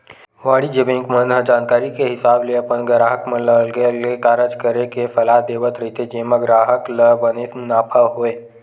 वाणिज्य बेंक मन ह जानकारी के हिसाब ले अपन गराहक मन ल अलगे अलगे कारज करे के सलाह देवत रहिथे जेमा ग्राहक ल बने मुनाफा होय